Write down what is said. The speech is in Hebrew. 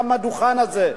גם מהדוכן הזה,